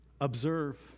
Observe